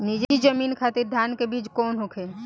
नीची जमीन खातिर धान के बीज कौन होखे?